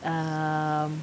um